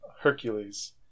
Hercules